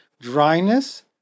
dryness